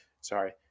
Sorry